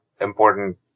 important